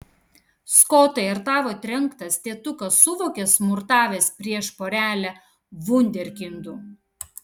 skotai ar tavo trenktas tėtukas suvokė smurtavęs prieš porelę vunderkindų